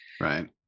Right